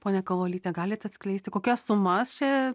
ponia kavolyte galit atskleisti kokias sumas čia